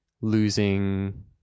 losing